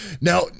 Now